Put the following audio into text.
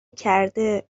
کرده